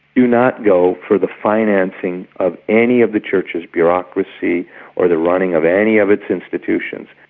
do not go for the financing of any of the church's bureaucracy or the running of any of its institutions.